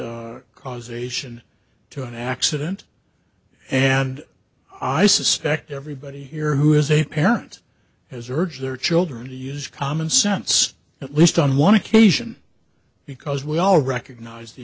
causation to an accident and i suspect everybody here who is a parent has urged their children to use commonsense at least on one occasion because we all recognize the